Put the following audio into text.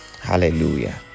hallelujah